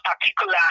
particular